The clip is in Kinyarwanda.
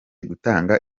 gutanga